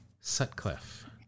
Sutcliffe